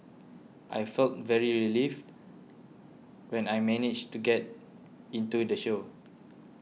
I felt very relieved when I managed to get into the show